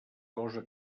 cosa